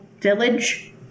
village